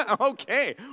Okay